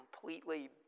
completely